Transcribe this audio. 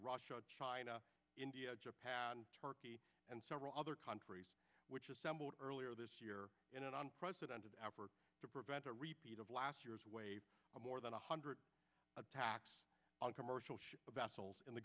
russia china india japan turkey and several other countries which assembled earlier this year in an unprecedented effort to prevent a repeat of last year's wave of more than one hundred attacks on commercial ships the